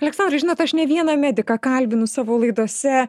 aleksandrai žinot aš ne vieną mediką kalbinu savo laidose